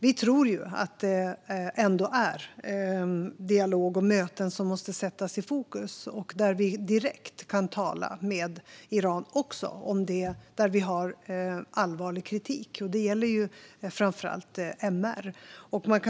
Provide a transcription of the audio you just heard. Vi tror att det ändå är dialog och möten som måste sättas i fokus, så att vi kan tala direkt med Iran om sådant där vi har allvarlig kritik. Det gäller framför allt MR.